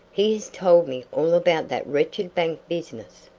he has told me all about that wretched bank business.